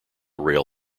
rail